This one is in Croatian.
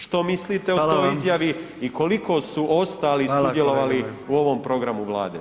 Što mislite o toj izjavi i koliko su ostali sudjelovali u ovom programu Vlade?